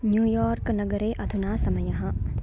New York नगरे अधुना समयः